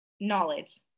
knowledge